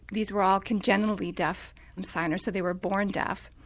these were all congenitally deaf signers so they were born deaf.